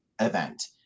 event